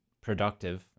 productive